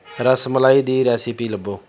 ਰਸਮਲਾਈ ਦੀ ਰੈਸਿਪੀ ਲੱਭੋ